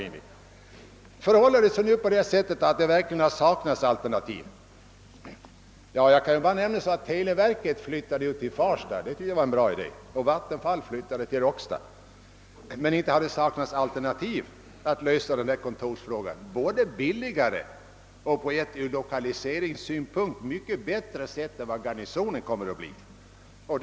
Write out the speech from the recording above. Men förhåller det sig verkligen så att alternativ har saknats? Televerket har ju flyttat ut till Farsta, som jag tycker var en bra idé, och Vattenfall har flyttat ut till Råcksta. Inte har det saknats alternativ att lösa kontorsfrågan på ett både billigare och ur lokaliseringssynpunkt mycket bättre sätt än vad det stora kontorshuset i kvarteret Garnisonen kommer att innebära.